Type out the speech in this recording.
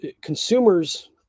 consumers